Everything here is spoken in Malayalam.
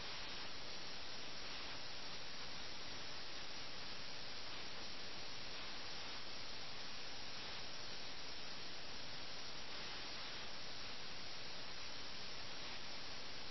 മിർസയ്ക്ക് കൃത്യമായി അറിയാം ഇതിലൂടെ ഈ പ്രത്യേക പ്രസ്താവനയിൽ നിന്ന് നമുക്ക് മനസ്സിലാക്കാൻ കഴിയും മിർ അവനെ ഗെയിമിൽ നിന്ന് വ്യതിചലിപ്പിക്കാൻ ശ്രമിക്കുകയാണെന്ന് കാരണം മിർ തോറ്റു കൊണ്ടിരിക്കുന്നു